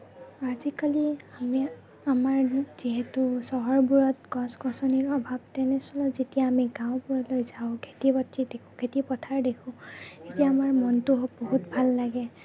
আজিকালি আমি আমাৰ যিহেতু চহৰবোৰত গছ গছনিৰ অভাৱ তেনেস্থলত যেতিয়া আমি গাওঁবোৰলৈ যাওঁ খেতি বাতি দেখোঁ খেতি পথাৰ দেখোঁ তেতিয়া আমাৰ মনটো বহুত ভাল লাগে